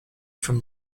from